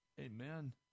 Amen